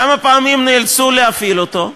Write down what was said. כמה פעמים נאלצו להפעיל אותו?